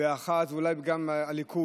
ואחז בו, ואולי גם הליכוד,